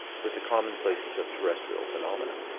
with the commonplaces of terrestrial phenomena.